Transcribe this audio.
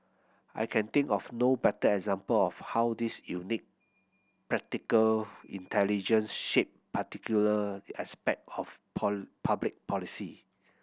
I can think of no better example of how his unique practical intelligence shaped particular aspect of paw public policy